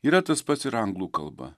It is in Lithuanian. yra tas pats ir anglų kalba